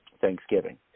Thanksgiving